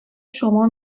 شما